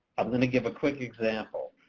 i'm going to give a quick example.